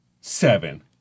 Seven